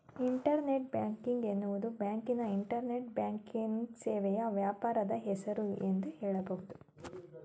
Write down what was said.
internet banking ಎನ್ನುವುದು ಬ್ಯಾಂಕಿನ internet banking ಸೇವೆಯ ವ್ಯಾಪಾರದ ಹೆಸರು ಎಂದು ಹೇಳಬಹುದು